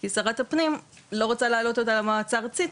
כי שרת הפנים לא רוצה להעלות אותה למועצה הארצית,